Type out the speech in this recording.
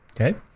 okay